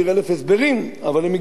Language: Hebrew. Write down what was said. הם הגיעו לפה בדרך-לא-דרך,